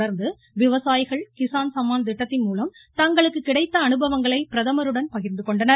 தொடர்ந்து விவசாயிகள் கிசான் சம்மான் திட்டத்தின் மூலம் தங்களுக்கு கிடைத்த அனுபவங்களை பிரதமருடன் பகிர்ந்து கொண்டனர்